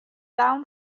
down